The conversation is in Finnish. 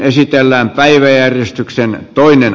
asian käsittely keskeytetään